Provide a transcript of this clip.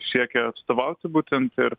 siekia atstovauti būtent ir